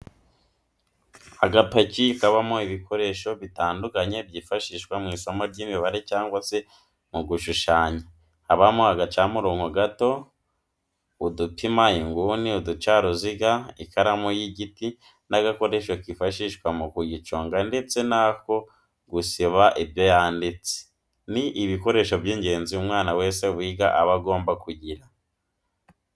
Agapaki kabamo ibikoresho bitandukanye byifashishwa mu isomo ry'imibare cyangwa se mu gushushanya habamo agacamurongo gato, udupima inguni, uducaruziga, ikaramu y'igiti n'agakoresho kifashishwa mu kuyiconga ndetse n'ako gusiba ibyo yanditse, ni ibikoresho by'ingenzi umwana wese wiga aba agomba kugira.